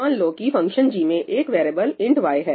मान लो कि फंक्शन g में एक वेरिएबल int y है